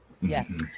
Yes